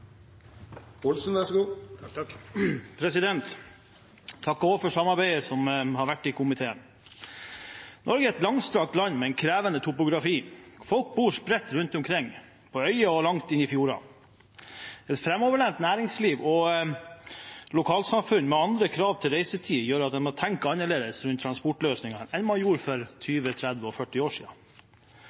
et langstrakt land med en krevende topografi. Folk bor spredt rundt omkring – på øyer og langt inne i fjordene. Et framoverlent næringsliv og lokalsamfunn med andre krav til reisetid gjør at man må tenke annerledes rundt transportløsninger enn man gjorde for 20, 30 og 40 år